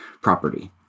property